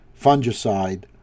fungicide